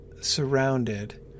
surrounded